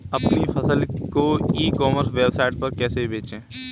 अपनी फसल को ई कॉमर्स वेबसाइट पर कैसे बेचें?